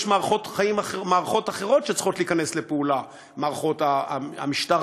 יש מערכות אחרות שצריכות להיכנס לפעולה: מערכות המשטרה,